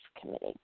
Committee